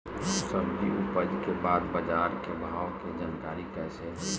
सब्जी उपज के बाद बाजार के भाव के जानकारी कैसे होई?